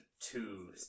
two